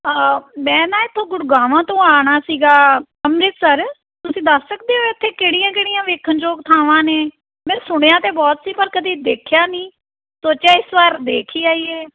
ਮੈਂ ਨਾ ਇੱਥੋਂ ਗੁੜਗਾਵਾਂ ਤੋਂ ਆਉਣਾ ਸੀਗਾ ਅੰਮ੍ਰਿਤਸਰ ਤੁਸੀਂ ਦੱਸ ਸਕਦੇ ਹੋ ਇੱਥੇ ਕਿਹੜੀਆਂ ਕਿਹੜੀਆਂ ਵੇਖਣ ਯੋਗ ਥਾਵਾਂ ਨੇ ਮੈਂ ਸੁਣਿਆ ਤਾਂ ਬਹੁਤ ਸੀ ਪਰ ਕਦੇ ਦੇਖਿਆ ਨਹੀਂ ਸੋਚਿਆ ਇਸ ਵਾਰ ਦੇਖ ਹੀ ਆਈਏ